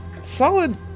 Solid